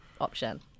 option